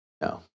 No